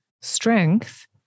strength